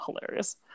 hilarious